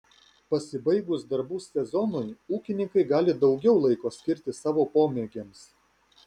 pasibaigus darbų sezonui ūkininkai gali daugiau laiko skirti savo pomėgiams